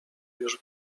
już